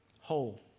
whole